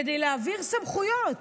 כדי להעביר סמכויות.